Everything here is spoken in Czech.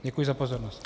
Děkuji za pozornost.